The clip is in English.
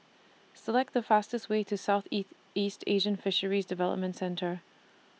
Select The fastest Way to Southeast East Asian Fisheries Development Centre